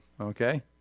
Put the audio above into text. Okay